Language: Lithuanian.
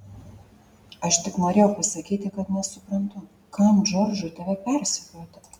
aš tik norėjau pasakyti kad nesuprantu kam džordžui tave persekioti